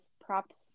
props